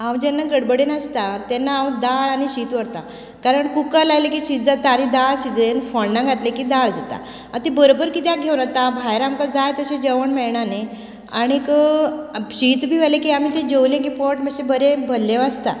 हांव जेन्ना गडबडेन आसता तेन्ना हांव दाळ आनी शीत व्हरता कारण कुकर लायले की शीत जाता आनी दाळ शिजयन फोण्ण घातले की दाळ जाता आता ती बरोबर कित्यात घेवन वता भायर आमकां जाय तशें जवण मेळना नी आनीक शीत बी व्हेले की आमी जेवले की पोट मातशें भरले आसता